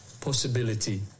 possibility